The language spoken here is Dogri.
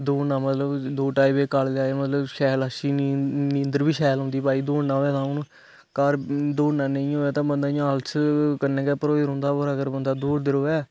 दौडना मतलब दौ ढाई बजे काॅलेज डणधथथआउआ़ मतलब शैल अच्छी नींदर बी शैल औंदी भाई दौड़ना हौऐ ते हून घार दौड़ना नेई होऐ ते बंदा इयां आलस कन्ने गै भरेऐ रौंहदा पर अगर बंदा दौड़दा रवे